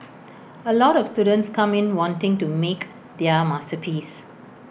A lot of students come in wanting to make their masterpiece